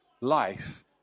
life